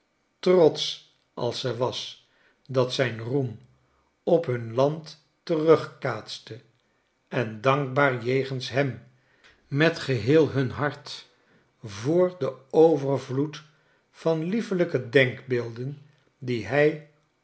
trotsch als ze was dat zijn roem op hun land terugkaatste en dankbaar jegens hem met geheel hun hart voor den overvloed van liefelijke denkbeelden die hij